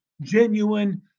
genuine